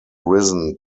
risen